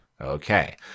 Okay